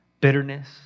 bitterness